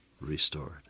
restored